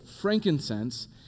frankincense